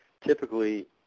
typically